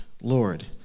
Lord